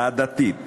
העדתית,